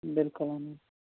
بِلکُل اہن حظ